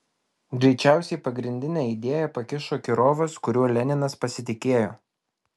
greičiausiai pagrindinę idėją pakišo kirovas kuriuo leninas pasitikėjo